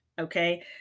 okay